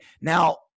Now